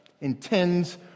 intends